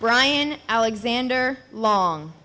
brian alexander long